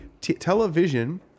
television